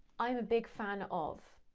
i'm a big fan of.